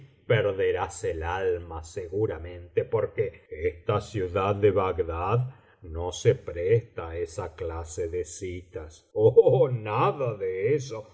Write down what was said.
perderás el alma seguramente porque esta ciudad de bagdad no se presta á esa clase de citas oh nada de eso